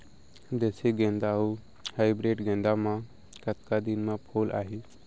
देसी गेंदा अऊ हाइब्रिड गेंदा म कतका दिन म फूल आही?